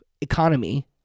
economy